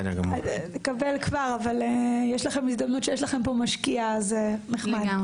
יש לכם הזדמנות שיש לכם פה משקיעה, אז נחמד.